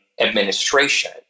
administration